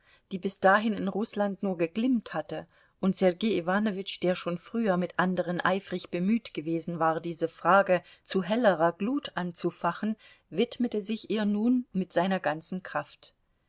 die bis dahin in rußland nur geglimmt hatte und sergei iwanowitsch der schon früher mit anderen eifrig bemüht gewesen war diese frage zu hellerer glut anzufachen widmete sich ihr nun mit seiner ganzen kraft